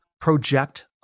project